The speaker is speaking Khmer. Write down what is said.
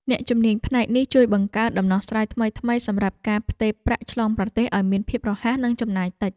អ្នកជំនាញផ្នែកនេះជួយបង្កើតដំណោះស្រាយថ្មីៗសម្រាប់ការផ្ទេរប្រាក់ឆ្លងប្រទេសឱ្យមានភាពរហ័ស និងចំណាយតិច។